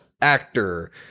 actor